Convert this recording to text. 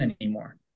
anymore